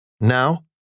Now